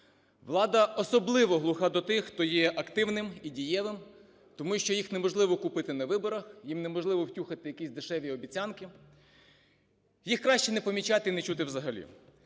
Влада особливо глуха до тих, хто є активним і дієвим, тому що їх неможливо купити на виборах, їм неможливо "втюхати", якісь дешеві обіцянки, їх краще не помічати і чути взагалі.